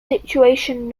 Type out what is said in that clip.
situation